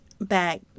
back